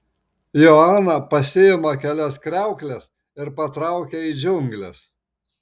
joana pasiima kelias kriaukles ir patraukia į džiungles